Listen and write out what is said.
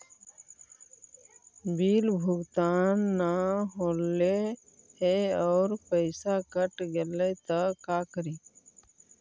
Bill भुगतान न हौले हे और पैसा कट गेलै त का करि?